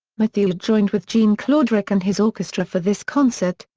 mathieu joined with jean claudric and his orchestra for this concert,